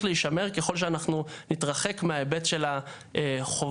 להישמר ככל שאנחנו נתרחק מההיבט של החובה,